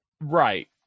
right